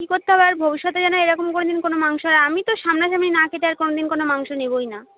কী করতে হবে আর ভবিষ্যতে যেন এরকম কোনোদিন কোনো মাংস আর আমি তো সামনা সামনি না কেটে আর কোনোদিন কোনও মাংস নেবোই না